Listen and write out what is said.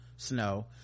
snow